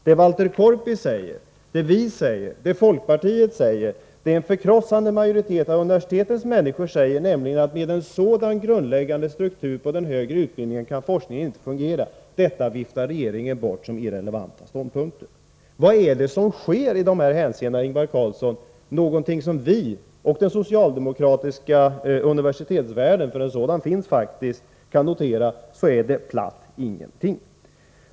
Vad Walter Korpi och vi moderater säger, vad folkpartiet säger, och vad en förkrossande majoritet av universitetens människor säger — nämligen att med en sådan grundläggande struktur på den högre utbildningen kan forskningen inte fungera — viftar regeringen bort som irrelevanta ståndpunkter. Vad som sker är platt ingenting.